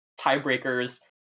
tiebreakers